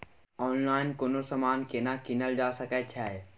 Online कोनो समान केना कीनल जा सकै छै?